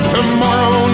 Tomorrow